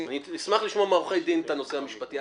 אשמח לשמוע מעורכי הדין את הנושא המשפטי.